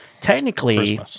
technically